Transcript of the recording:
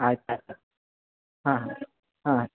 ಆಯ್ತು ಆಯ್ತು ಹಾಂ ಹಾಂ ಹಾಂ